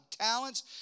talents